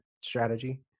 strategy